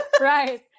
Right